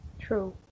True